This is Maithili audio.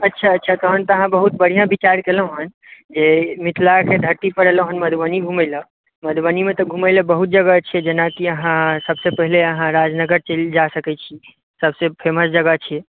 अच्छा अच्छा तखन तऽ अहाँ बहुत बढिऑं विचार कएलहुॅं हन जे मिथला के धरती पर एलहुॅं हें मधुबनी घुमै लय मधुबनी मे तऽ घुमै लय बहुत जगह छै जेना अहाँ सबसॅं पहिले राजनगर चलि जा सकै छी सब सॅं फेमस जगह छियै